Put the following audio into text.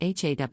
HAW